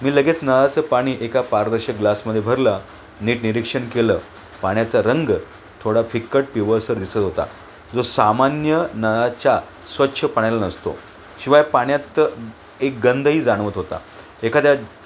मी लगेच नळाचं पाणी एका पारदर्शक ग्लासमध्ये भरलं नीट निरीक्षण केलं पाण्याचा रंग थोडा फिक्कट पिवळसर दिसत होता जो सामान्य नळाच्या स्वच्छ पाण्याला नसतो शिवाय पाण्यात एक गंधही जाणवत होता एखाद्या